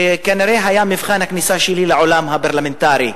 שכנראה היה מבחן הכניסה שלי לעולם הפרלמנטרי.